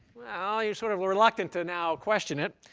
ah you're sort of reluctant to now question it.